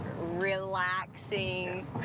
relaxing